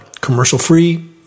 Commercial-free